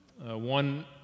one